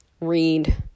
read